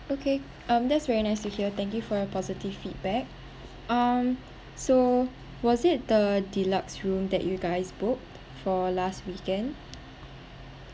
okay um that's very nice to hear thank you for your positive feedback um so was it the deluxe room that you guys booked for last weekend